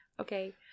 Okay